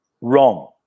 Wrong